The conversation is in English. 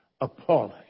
appalling